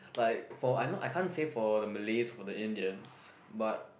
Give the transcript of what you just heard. like for I not I can't say for the Malays for the Indians but